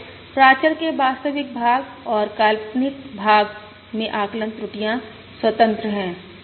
तो प्राचर के वास्तविक भाग और काल्पनिक भाग में आकलन त्रुटियां स्वतंत्र हैं